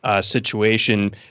situation